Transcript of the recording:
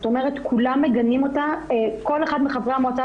זאת אומרת, כולם מגנים אותה, כל אחד מחברי המועצה.